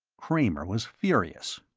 kramer was furious.